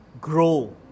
grow